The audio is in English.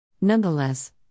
Nonetheless